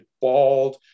bald